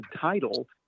title